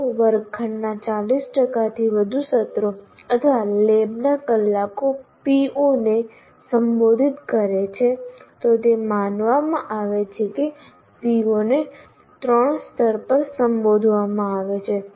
જો વર્ગખંડના 40 થી વધુ સત્રો અથવા લેબના કલાકો PO ને સંબોધિત કરે છે તો તે માનવામાં આવે છે કે PO ને 3 સ્તર પર સંબોધવામાં આવે છે